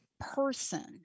person